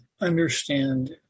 understand